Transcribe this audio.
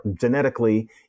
genetically